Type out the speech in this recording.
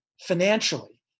financially